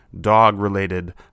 dog-related